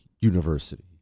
university